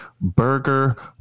Burger